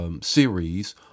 series